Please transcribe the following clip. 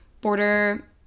border